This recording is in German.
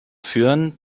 führen